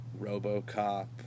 Robocop